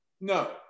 No